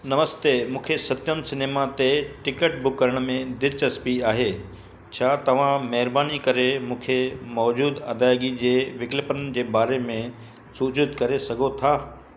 नमस्ते मूंखे सत्यम सिनेमा ते ticket book करण में दिलचस्पी आहे छा तव्हां महिरबानी करे मूंखे मौजूदु अदायगी जे विकल्पनि जे बारे में सूचित करे सघो था